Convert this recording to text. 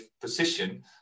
position